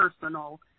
personal